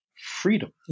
freedom